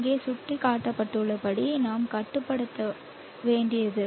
இங்கே சுட்டிக்காட்டப்பட்டுள்ளபடி நாம் கட்டுப்படுத்த வேண்டியது